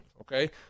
okay